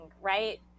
right